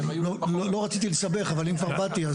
לא רציתי לסבך, אבל אם כבר באתי.